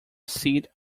seat